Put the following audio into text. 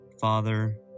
Father